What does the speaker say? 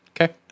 Okay